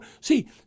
see